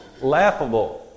laughable